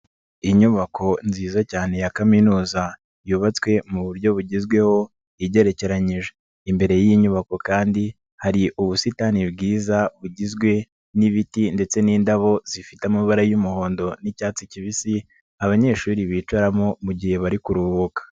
Inyubako nziza cyane ya kaminuza yubatswe mu buryo bugezweho igerekeranyije, imbere y'iyi nyubako kandi hari ubusitani bwiza bugizwe n'ibiti ndetse n'indabo zifite amabara y'umuhondo n'icyatsi kibisi abanyeshuri bicaramo mu gihe bari kuruhuka.